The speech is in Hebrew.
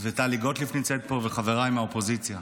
טלי גוטליב נמצאת פה, וחבריי מהאופוזיציה.